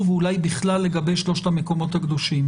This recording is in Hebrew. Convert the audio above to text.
ואולי בכלל לגבי שלושת המקומות הקדושים,